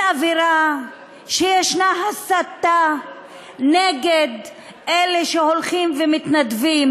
אווירה שיש הסתה נגד אלה שהולכים ומתנדבים,